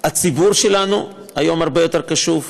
הציבור שלנו היום הרבה יותר קשוב,